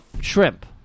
shrimp